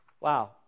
Wow